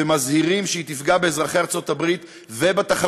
ומזהירים שהיא תפגע באזרחי ארצות הברית ובתחרותיות